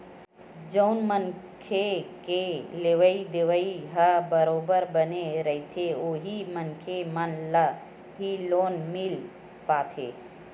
जउन मनखे के लेवइ देवइ ह बरोबर बने रहिथे उही मनखे मन ल ही लोन मिल पाथे